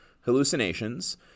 hallucinations